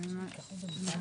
למה נתקענו?